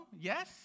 yes